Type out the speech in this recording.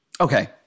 Okay